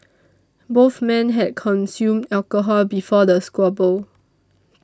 both men had consumed alcohol before the squabble